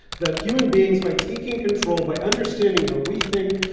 that human beings, by taking control, by understanding how we think,